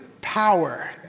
power